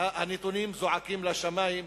הנתונים זועקים לשמים.